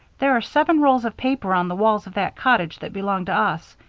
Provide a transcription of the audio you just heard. there are seven rolls of paper on the walls of that cottage that belong to us,